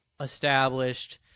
established